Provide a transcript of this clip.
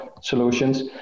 solutions